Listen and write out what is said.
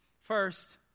first